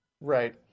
Right